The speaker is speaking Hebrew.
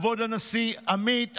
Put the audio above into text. כבוד הנשיא עמית,